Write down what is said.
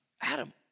Adam